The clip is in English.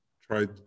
tried